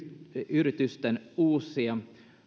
yritysten uusia